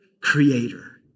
creator